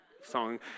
song